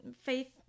Faith